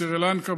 מסרי לנקה,